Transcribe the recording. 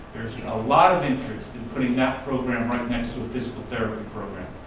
there's a lot of interest in putting that program right next to a physical therapy program.